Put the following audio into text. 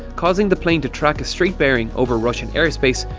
causing the plane to track a straight bearing over russian airspace,